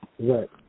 Right